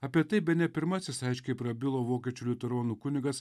apie tai bene pirmasis aiškiai prabilo vokiečių liuteronų kunigas